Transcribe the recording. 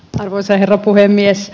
arvoisa herra puhemies